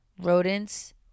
Rodents